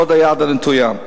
ועוד היד נטויה.